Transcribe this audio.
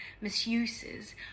misuses